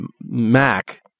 Mac